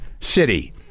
city